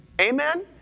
Amen